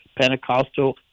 Pentecostal